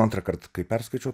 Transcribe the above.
antrąkart kai perskaičiau